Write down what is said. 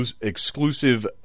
exclusive